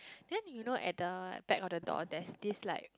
then you know at the back of the door that's this like